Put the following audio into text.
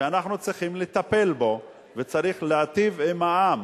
שאנחנו צריכים לטפל בו, וצריך להיטיב עם העם.